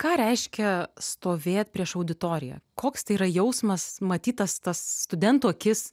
ką reiškia stovėt prieš auditoriją koks tai yra jausmas matyt tas tas studentų akis